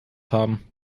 haben